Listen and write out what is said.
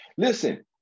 Listen